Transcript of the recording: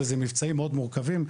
ואלה מבצעים מאוד מורכבים,